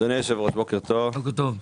אדוני היושב-ראש, בוקר טוב,